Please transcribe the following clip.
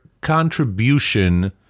contribution